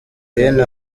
bene